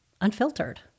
unfiltered